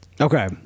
Okay